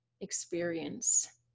experience